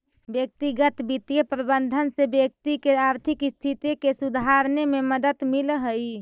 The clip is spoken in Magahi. व्यक्तिगत वित्तीय प्रबंधन से व्यक्ति के आर्थिक स्थिति के सुधारने में मदद मिलऽ हइ